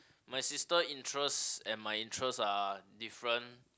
my sister interest and my interest are different